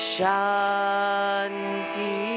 Shanti